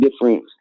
different